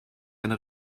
eine